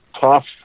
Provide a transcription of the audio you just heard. tough